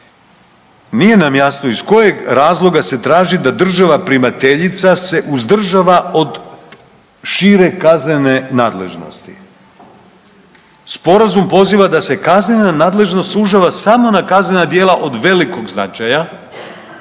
Nije nam jasno iz kojeg razloga se traži da država primateljica se uzdržava od šire kaznene nadležnosti. Sporazum poziva da se kaznena nadležnost sužava samo na kaznena djela od velikog značaja,